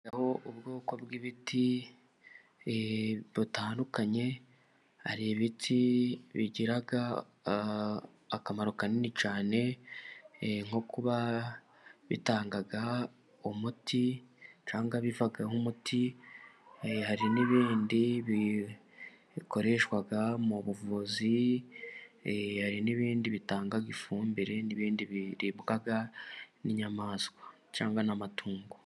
Ubwoko bw'ibiti butandukanye, hari ibiti bigira akamaro kanini cyane, nko kuba bitanga umuti cyangwa bivamo nk'umuti, hari n'ibindi bikoreshwa mu buvuzi, n'ibindi bitanga ifumbire, n'ibindi biribwa n'inyamaswa cyangwa n'amatungo.